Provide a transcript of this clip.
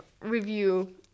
review